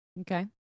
Okay